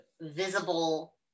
visible